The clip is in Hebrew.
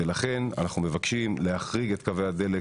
ולכן אנחנו מבקשים להחריג את קווי הדלק